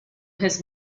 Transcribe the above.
his